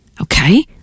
Okay